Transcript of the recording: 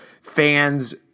fans